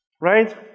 Right